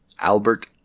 Albert